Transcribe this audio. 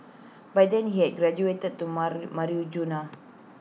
by then he had graduated to marijuana